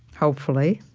hopefully,